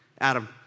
Adam